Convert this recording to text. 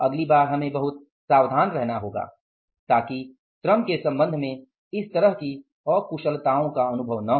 अगली बार हमें बहुत सावधान रहना होगा ताकि श्रम के संबंध में इस तरह की अकुशलतओं का अनुभव न हो